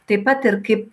taip pat ir kaip